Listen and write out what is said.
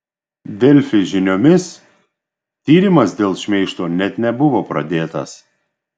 delfi žiniomis tyrimas dėl šmeižto net nebuvo pradėtas